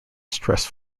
stress